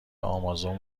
آمازون